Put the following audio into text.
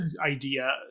idea